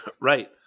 Right